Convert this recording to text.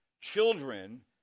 children